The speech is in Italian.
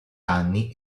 anni